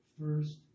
first